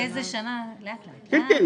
כן.